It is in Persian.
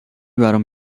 برام